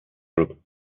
group